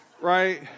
right